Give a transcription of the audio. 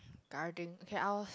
guiding can hours